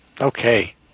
Okay